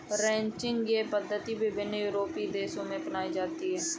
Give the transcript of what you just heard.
ranching की यह पद्धति विभिन्न यूरोपीय देशों में अपनाई जाती है